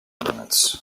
ornaments